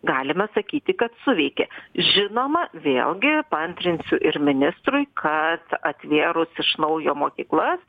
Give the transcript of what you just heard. galime sakyti kad suveikė žinoma vėlgi paantrinsiu ir ministrui kad atvėrus iš naujo mokyklas